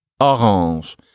orange